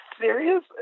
Serious